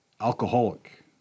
alcoholic